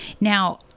Now